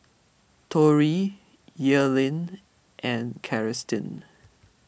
Tori Earlene and Celestine